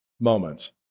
moments